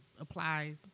apply